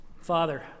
Father